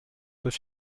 sois